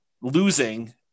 losing